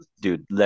Dude